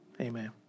Amen